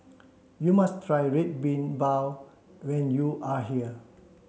you must try Red Bean Bao when you are here